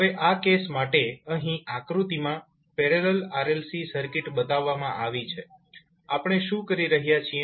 હવે આ કેસ માટે અહીં આકૃતિમાં પેરેલલ RLC સર્કિટ બતાવવામાં આવી છે આપણે શું કરી રહ્યા છીએ